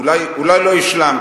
אולי לא השלמת,